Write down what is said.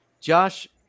Josh